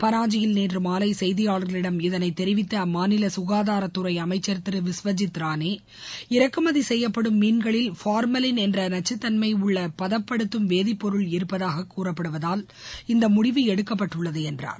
பளாஜியில் நேற்று மாலை செய்தியாளர்களிடம் இதனை தெரிவித்த அம்மாநில சுகாதாரத்துறை அமைச்சா் திரு விஸ்வஜித் ரானே இறக்குமதி செய்யப்படும் மீன்களில் ஃபாமலின் என்ற நச்சுத்தன்மை உள்ள பதப்படுத்தும் வேதிப்பொருள் இருப்பதாக கூறப்படுவதால் இந்த முடிவு எடுக்கப்பட்டுள்ளது என்றார்